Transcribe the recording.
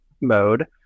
mode